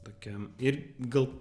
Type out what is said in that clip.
tokia ir gal